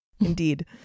Indeed